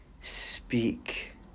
speak